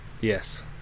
Yes